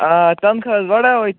آ تَنخواہَس بَڈاوَے